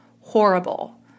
horrible